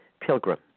Pilgrim